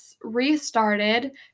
restarted